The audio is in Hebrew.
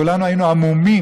כולנו היינו המומים.